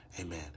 Amen